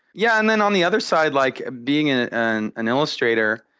yeah, and then on the other side, like being an and an illustrator,